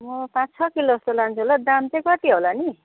म पाँच छ किलो जस्तो लान्छु होला दाम चाहिँ कति होला नि